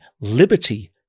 Liberty